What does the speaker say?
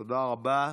תודה רבה.